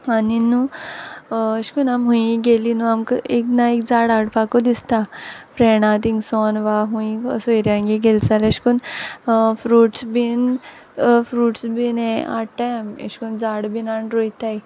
आनी न्हू अेशकोन्न आम हूयीं गेली न्हू आमक एक ना एक झाड हाडपाकू दिसता फ्रेंडा तिंगसोन वा हूंय सोयऱ्यांगे गेल जाल्यार अेशकोन्न फ्रूट्स बीन फ्रुट्स बीन हें हाडटाय आमी अेशकोन्न झाड बीन हाड्ण रोयताय